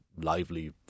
lively